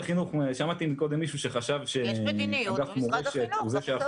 יש מדיניות במשרד החינוך.